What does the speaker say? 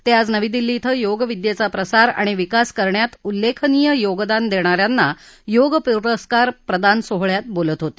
ते आज नवी दिल्ली क्विं योगविद्येचा प्रसार आणि विकास करण्यात उल्लेखनीय योगदान देणाऱ्यांना योग पुरस्कार प्रदान सोहळ्यात बोलत होते